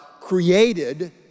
created